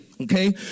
Okay